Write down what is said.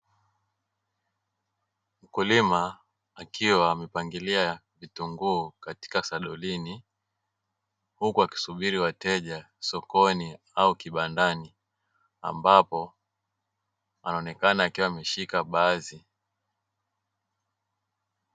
Mkulima akiwa amepangilia vitunguu katika salulini, huku akisubiri wateja sokoni au kibandani ambapo anaonekana akiwa ameshika baadhi.